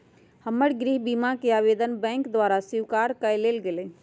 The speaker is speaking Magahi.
हमर गृह बीमा कें आवेदन बैंक द्वारा स्वीकार कऽ लेल गेलय